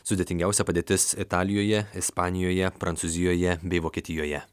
sudėtingiausia padėtis italijoje ispanijoje prancūzijoje bei vokietijoje